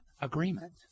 agreement